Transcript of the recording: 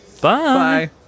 Bye